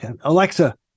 Alexa